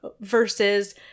versus